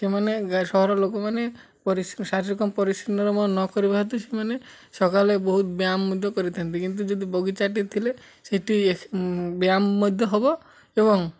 ସେମାନେ ସହର ଲୋକମାନେ ଶାରୀରିକ ପରିଶ୍ରମ ନ କରିବା ହେତୁ ସେମାନେ ସକାଳେ ବହୁତ ବ୍ୟାୟାମ ମଧ୍ୟ କରିଥାନ୍ତି କିନ୍ତୁ ଯଦି ବଗିଚାଟି ଥିଲେ ସେଠି ବ୍ୟାୟାମ ମଧ୍ୟ ହବ ଏବଂ